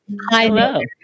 hi